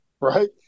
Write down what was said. Right